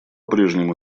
прежнему